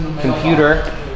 computer